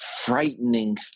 frightening